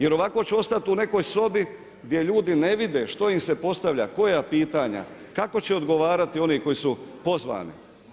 Jer ovako će ostati u nekoj sobi gdje ljudi ne vide što im se postavlja, koja pitanja, kako će odgovarati oni koji su pozvani?